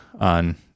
on